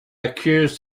accuse